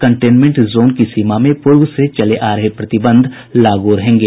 containment zone की सीमा में पूर्व से चल रहे प्रतिबंध लागू रहेंगे